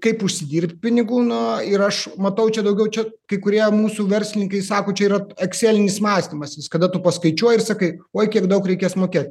kaip užsidirbt pinigų nu ir aš matau čia daugiau čia kai kurie mūsų verslininkai sako čia yra ekselinis mąstymas jis kada tu paskaičiuoji ir sakai oi kiek daug reikės mokėt